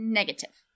negative